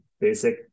basic